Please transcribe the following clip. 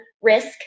risk